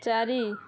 ଚାରି